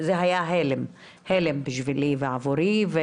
זה היה הלם בשבילי ועבורי.